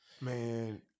Man